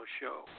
show